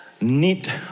need